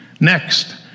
Next